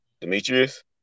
Demetrius